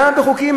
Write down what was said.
למה בחוקים?